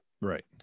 Right